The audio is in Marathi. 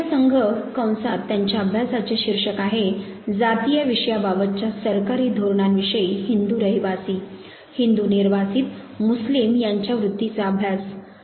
पहिला संघ कंसात त्यांच्या अभ्यासाचे शीर्षक आहे - "जातीय विषया बाबतच्या सरकारी धोरणांविषयी हिंदू रहीवासी हिंदू निर्वासित मुस्लिम यांच्या वृत्तीचा अभ्यास"